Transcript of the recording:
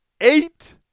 eight